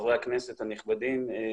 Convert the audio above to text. וחברי הכנסת הנכבדים,